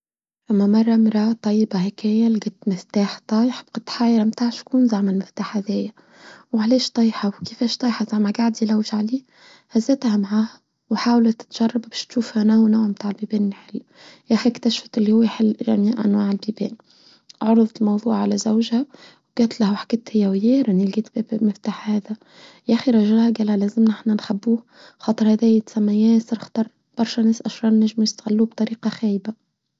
أما مرة مرة طيبة هكاية لقيت مفتاح طايح بقيت حايرة متاع شكون زعم المفتاح هذي وعليش طايحة وكيفاش طايحة زعمها قاعد يلوج عليه هزتها معاه وحاولت تجربة بش تشوفها ناو ناو متاع بيبيني حلو ياخي اكتشفت اللي هو حلو يعني عنوان بيبين عرضت الموضوع على زوجها وقالت له وحكيت هي وياه راني لقيت بيبيني مفتاح هذا ياخي رجلها قال لازم نحنا نخبوه خاطر هداية سمي ياسر اختر برشا ناس اشرار نجم يستغلوه بطريقة خايبة.